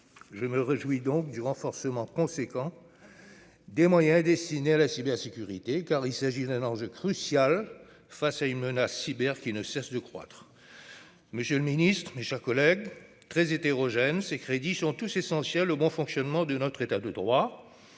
Je me réjouis donc du renforcement substantiel des moyens destinés à la cybersécurité, car il s'agit d'un enjeu crucial face à une menace cyber qui ne cesse de croître. Monsieur le ministre, mes chers collègues, ces crédits, quoique très hétérogènes, sont tous essentiels au bon fonctionnement de notre État de droit.